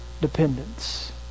dependence